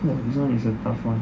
!wah! this one is a tough one